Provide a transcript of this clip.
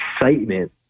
excitement